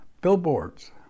billboards